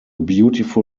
beautiful